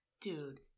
Dude